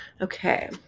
Okay